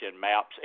maps